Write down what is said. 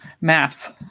maps